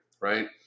right